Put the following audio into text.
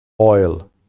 oil